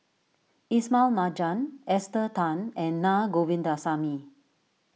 Ismail Marjan Esther Tan and Naa Govindasamy